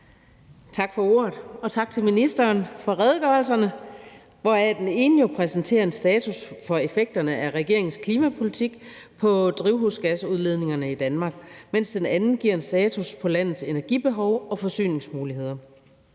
Tak for ordet. Og tak til ministeren for redegørelserne, hvoraf den ene jo præsenterer en status for effekterne af regeringens klimapolitik vedrørende drivhusgasudledningerne i Danmark, mens den anden giver en status på landets energibehov og forsyningsmuligheder.